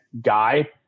guy